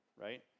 right